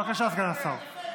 בבקשה, סגן השר.